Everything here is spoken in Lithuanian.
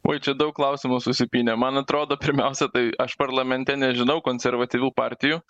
oi čia daug klausimų susipynė man atrodo pirmiausia tai aš parlamente nežinau konservatyvių partijų